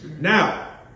Now